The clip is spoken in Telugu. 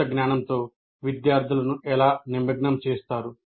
కొత్త జ్ఞానంతో విద్యార్థులను ఎలా నిమగ్నం చేస్తారు